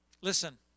listen